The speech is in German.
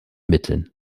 mitteln